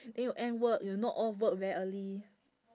then you end work you knock off work very early